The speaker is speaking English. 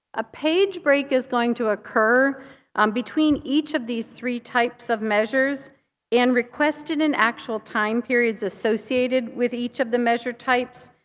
a page break is going to occur um between each of these three types of measures and requested in actual time periods associated with each of the measure types,